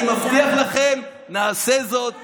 אני מבטיח לכם שנעשה זאת במהרה.